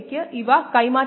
303 by 5